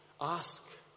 ask